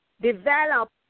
develop